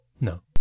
No